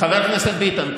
חבר הכנסת ביטן,